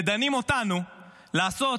ודנים אותנו לעשות